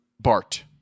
Bart